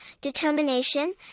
determination